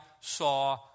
saw